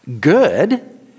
good